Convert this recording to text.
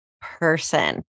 person